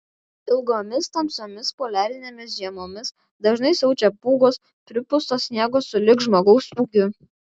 ilgomis tamsiomis poliarinėmis žiemomis dažnai siaučia pūgos pripusto sniego sulig žmogaus ūgiu